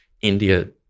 India